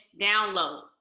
download